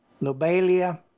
lobelia